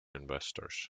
investors